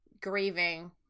grieving